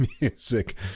music